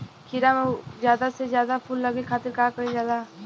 खीरा मे ज्यादा से ज्यादा फूल लगे खातीर का कईल जाला?